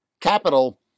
Capital